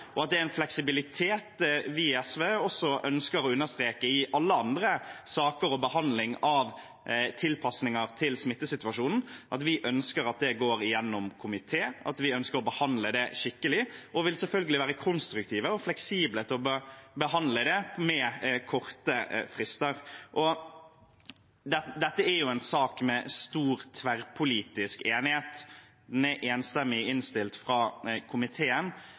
og at det har vært fleksibilitet. Vi i SV ønsker å understreke at det er viktig i alle andre saker og behandling av tilpasninger til smittesituasjonen – vi ønsker at det går gjennom komité, vi ønsker å behandle det skikkelig, og vi vil selvfølgelig være konstruktive og fleksible med hensyn til å behandle det med korte frister. Dette er en sak med stor tverrpolitisk enighet – den er enstemmig innstilt fra komiteen.